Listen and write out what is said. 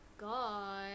god